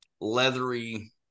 leathery